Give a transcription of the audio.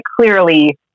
clearly